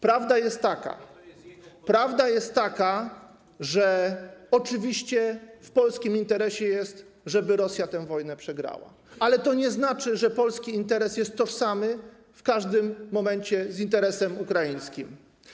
Prawda jest taka, że oczywiście w polskim interesie jest, żeby Rosja tę wojnę przegrała, ale to nie znaczy, że polski interes jest tożsamy w każdym momencie z interesem ukraińskim.